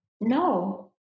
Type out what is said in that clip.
no